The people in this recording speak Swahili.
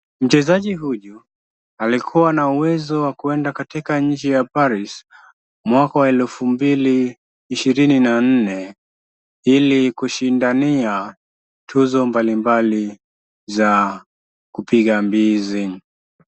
Mchezaji huyu, alikuwa na uwezo wa kuenda katika nchi ya Paris, mwaka wa 2024 ili kushindania tuzo mbalimbali za kupiga mbizi.